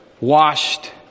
washed